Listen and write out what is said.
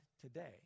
Today